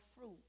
fruit